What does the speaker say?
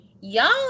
y'all